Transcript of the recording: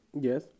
Yes